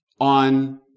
on